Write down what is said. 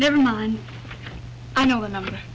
never mind i know the number